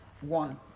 one